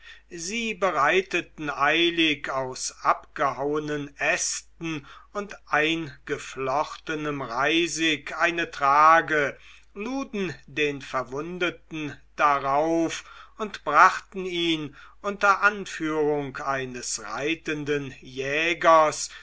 sie bereiteten eilig aus abgehauenen ästen und eingeflochtenem reisig eine trage luden den verwundeten darauf und brachten ihn unter anführung eines reitenden jägers